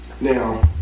Now